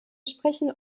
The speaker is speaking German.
sprechen